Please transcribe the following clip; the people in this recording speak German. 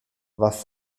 was